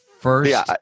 first